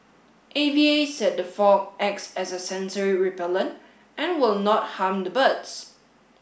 A V A said the fog acts as a sensory repellent and will not harm the birds